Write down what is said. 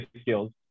skills